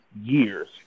years